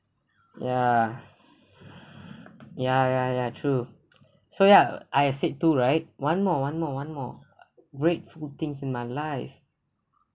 ya ya ya ya true so ya I've said two right one more one more one more grateful things in my life